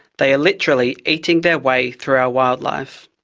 they are literally eating their way through our wildlife.